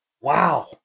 Wow